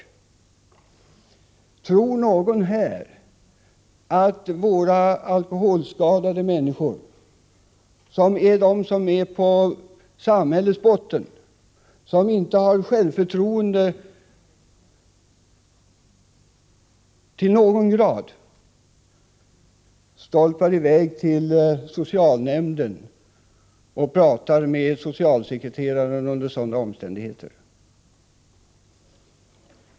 Tror någon här i kammaren att alkoholskadade människor, som befinner sig på samhällets botten och som inte i nämnvärd grad har något självförtroende, under sådana omständigheter stolpar i väg till socialnämnden och pratar med socialsekreteraren?